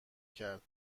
کرد